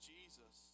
Jesus